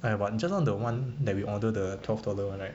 just now the one that we order the twelve dollar [one] right